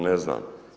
Ne znam.